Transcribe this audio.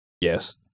Yes